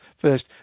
first